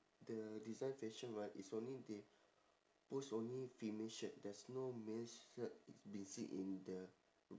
the design fashion right is only they post only female shirt there's no male shirt exhibit in the